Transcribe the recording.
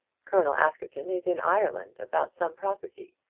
colonel askerton is in ireland, about some property,